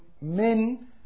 men